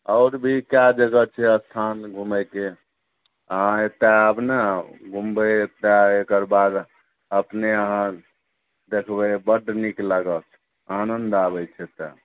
आओर भी कए जगह छै स्थान घुमैके अहाँ एतए आयब ने घुमबै एतए एकर बाद अपने अहाँ देखबै बड नीक लागत आनन्द आबै छै एतऽ